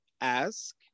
ask